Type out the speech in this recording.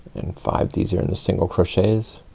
and five. these are in the single crochets.